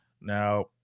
Now –